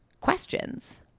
questions